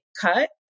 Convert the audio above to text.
cut